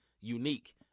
unique